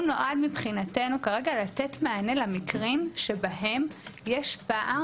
הוא נועד מבחינתנו כרגע לתת מענה למקרים שבהם יש פער